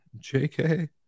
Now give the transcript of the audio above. JK